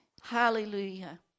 Hallelujah